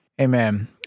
Amen